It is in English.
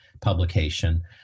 publication